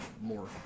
more